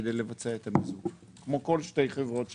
כדי לבצע את המיזוג כמו כל שתי חברות שמתמזגות.